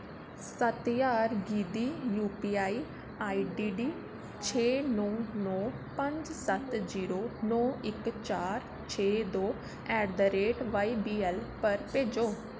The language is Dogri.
सत्त ज्हार गी दी यूपीआई आईडीडी छे नौ नौ पंज सत्त जीरो नौ इक चार छे दो ऐट द रेट वाईबीऐल्ल पर भेजो